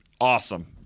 Awesome